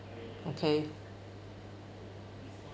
okay